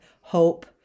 hope